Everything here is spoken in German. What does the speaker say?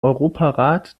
europarat